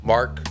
Mark